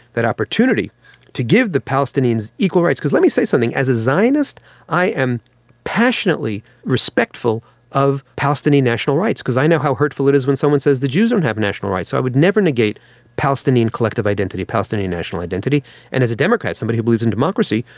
that opportunity to give the palestinians equal rights, because let me say something, as a zionist i am passionately respectful of palestinian national rights because i know how hurtful it is when someone says the jews don't have national rights, so i would never negate palestinian collective identity, palestinian national identity. and as a democrat, someone who believes in democracy,